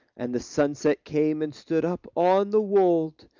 and the sunset came and stood up on the wold,